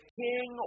king